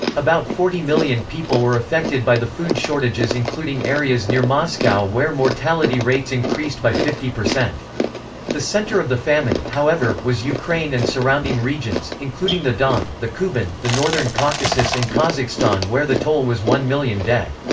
about forty million people were affected by the food shortages including areas near moscow where mortality rates increased by fifty. the center of the famine, however, was ukraine and surrounding regions, including the don, the kuban, the northern caucasus and kazakhstan where the toll was one million dead.